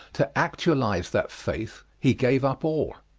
to actualize that faith he gave up all.